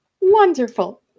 Wonderful